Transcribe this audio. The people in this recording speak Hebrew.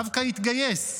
דווקא התגייס,